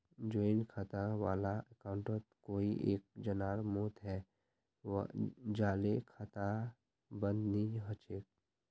joint खाता वाला अकाउंटत कोई एक जनार मौत हैं जाले खाता बंद नी हछेक